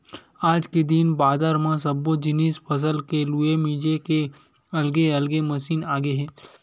आज के दिन बादर म सब्बो जिनिस फसल के लूए मिजे के अलगे अलगे मसीन आगे हे